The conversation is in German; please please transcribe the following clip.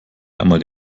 einmal